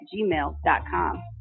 gmail.com